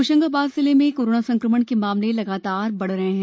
होशंगाबाद जिलें में कोरोना संक्रमण के मामले लगातार बढ़ रहे हैं